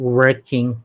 working